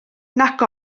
nac